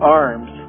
arms